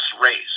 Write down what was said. race